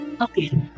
Okay